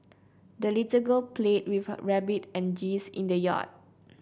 the little girl played with her rabbit and geese in the yard